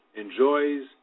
enjoys